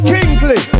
Kingsley